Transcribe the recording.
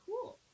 cool